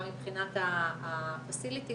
גם מבחינת הפסיליטיז,